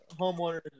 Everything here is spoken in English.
homeowner